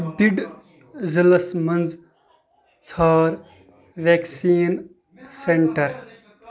بِڈ ضلعس مَنٛز ژھانڑ ویکسیٖن سینٹر